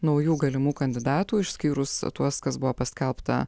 naujų galimų kandidatų išskyrus tuos kas buvo paskelbta